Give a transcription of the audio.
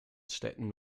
städten